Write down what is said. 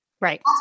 Right